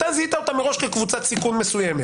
אתה זיהתה אותם מראש כקבוצת סיכון מסוימת